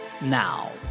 now